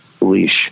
leash